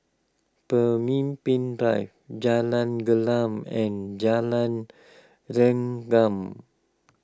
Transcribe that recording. Pemimpin Drive Jalan Gelam and Jalan Rengkam